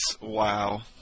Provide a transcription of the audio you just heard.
wow